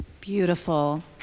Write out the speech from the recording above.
Beautiful